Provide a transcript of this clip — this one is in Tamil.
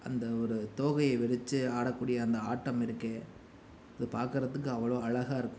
அந்த ஒரு தோகையை விரித்து ஆடக்கூடிய அந்த ஆட்டம் இருக்கே அது பார்க்கறதுக்கு அவ்வளோ அழகாக இருக்கும்